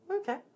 Okay